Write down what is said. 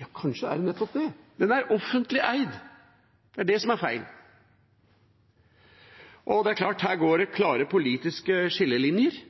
ja, kanskje er det nettopp det. Den er offentlig eid, det er det som er feilen. Det er klart det går klare politiske skillelinjer her,